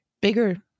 bigger